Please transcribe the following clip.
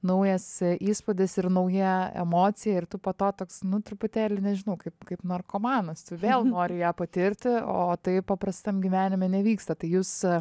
naujas įspūdis ir nauja emocija ir tu po to toks nu truputėlį nežinau kaip kaip narkomanas tu vėl nori ją patirti o tai paprastam gyvenime nevyksta tai jūs